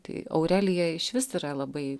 tai aurelija išvis yra labai